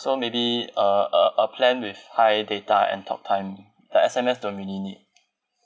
so maybe uh a a plan with high data and talk time like S_M_S don't really need